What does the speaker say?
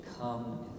come